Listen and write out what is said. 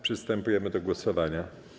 Przystępujemy do głosowania.